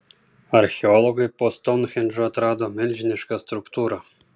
archeologai po stounhendžu atrado milžinišką struktūrą